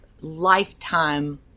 lifetime